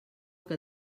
que